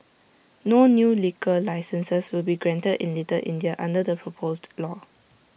no new liquor licences will be granted in little India under the proposed law